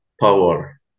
power